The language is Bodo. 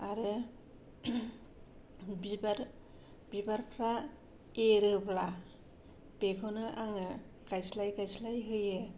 आरो बिबारफ्रा एरोब्ला बेखौनो आङो गायस्लाय गायस्लाय होयो